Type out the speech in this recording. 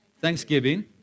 thanksgiving